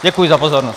Děkuji za pozornost.